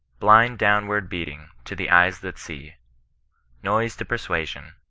blind downward beating, to the eyes that see koise to persuasion,